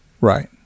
Right